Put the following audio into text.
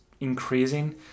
increasing